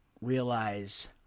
realize